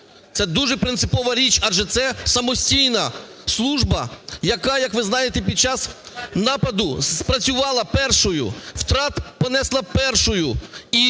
Це дуже принципова річ, адже це самостійна служба, яка, як ви знаєте, під час нападу спрацювала першою, втрати понесла першою.